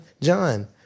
John